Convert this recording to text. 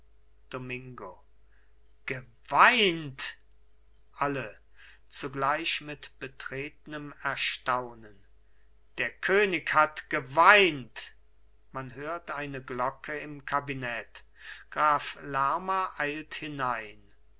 domingo geweint alle zugleich mit betretnem erstaunen der könig hat geweint man hört eine glocke im kabinett graf lerma eilt hinein